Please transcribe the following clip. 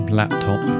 laptop